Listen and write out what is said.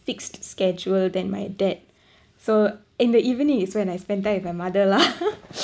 fixed schedule than my dad so in the evening it's when I spend time with my mother lah